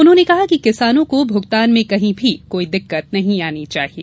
उन्होंने कहा कि किसानों को भूगतान में कहीं भी कोई दिक्कत नहीं आनी चाहिए